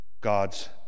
God's